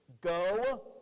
Go